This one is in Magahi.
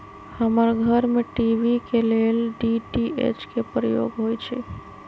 हमर घर में टी.वी के लेल डी.टी.एच के प्रयोग होइ छै